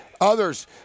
others